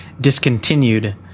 discontinued